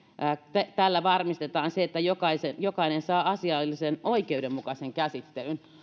tällä varmistetaan se että jokainen saa asiallisen oikeudenmukaisen käsittelyn